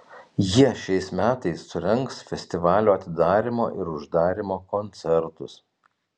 jie šiais metais surengs festivalio atidarymo ir uždarymo koncertus